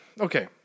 okay